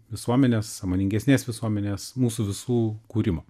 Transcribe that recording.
visuomenės sąmoningesnės visuomenės mūsų visų kūrimo